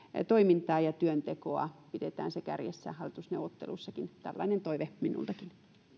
toimintaa ja työntekoa pidetään se kärjessä hallitusneuvotteluissakin tällainen toive minultakin